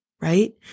right